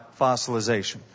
fossilization